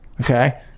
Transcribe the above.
okay